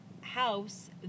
house